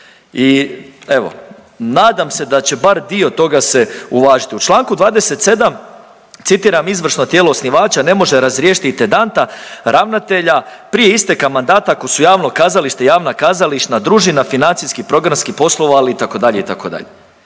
I evo nadam se da će bar dio toga se uvažiti. U Članku 27., citiram izvršno tijelo osnivača ne može razriješiti intendanta ravnatelja prije isteka mandata ako su javno kazalište, javna kazališna družina financijski i programski poslovali itd., itd.